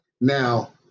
Now